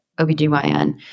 OBGYN